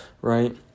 right